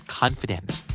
confidence